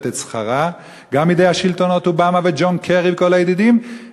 את שכרה גם מידי שלטונות אובמה וג'ון קרי וכל הידידים,